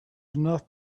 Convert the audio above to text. enough